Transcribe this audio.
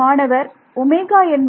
மாணவர் Ω என்பது